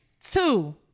two